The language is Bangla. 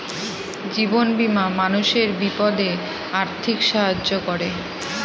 জীবন বীমা মানুষের বিপদে আর্থিক সাহায্য করে